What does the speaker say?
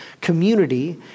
community